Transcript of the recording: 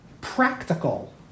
practical